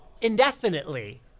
indefinitely